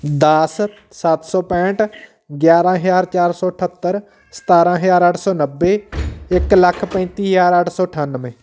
ਦਸ ਸੱਤ ਸੌ ਪੈਂਹਠ ਗਿਆਰਾਂ ਹਜ਼ਾਰ ਚਾਰ ਸੌ ਅਠੱਤਰ ਸਤਾਰਾਂ ਹਜ਼ਾਰ ਅੱਠ ਸੌ ਨੱਬੇ ਇੱਕ ਲੱਖ ਪੈਂਤੀ ਹਜ਼ਾਰ ਅੱਠ ਸੌ ਅਠੱਨਵੇ